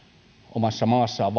omassa maassaan